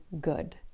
good